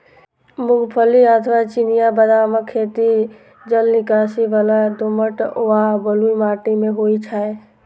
मूंगफली अथवा चिनिया बदामक खेती जलनिकासी बला दोमट व बलुई माटि मे होइ छै